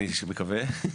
אני מקווה,